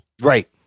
Right